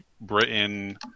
Britain